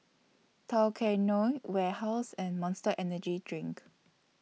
Tao Kae Noi Warehouse and Monster Energy Drink